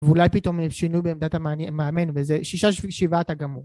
ואולי פתאום יהיה שינוי בעמדת המאמן וזה שישה שבעה אתה גמור